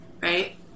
right